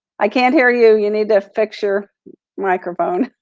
i can't hear you, you need ah fix your microphone.